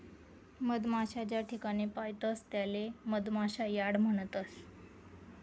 मधमाशा ज्याठिकाणे पायतस त्याले मधमाशा यार्ड म्हणतस